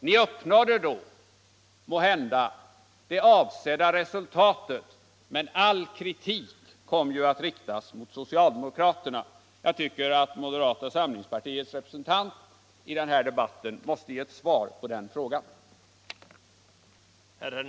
Ni uppnådde då måhända det avsedda resultatet, men all kritik kom att riktas mot socialdemokraterna. Jag tycker att moderata samlingspartiets representant i den här debatten måste ge ett svar på den frågan.